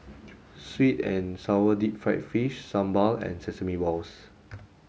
sweet and sour deep fried fish sambal and sesame balls